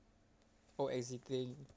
oh exiting